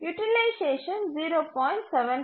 utilisation 0